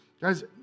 Guys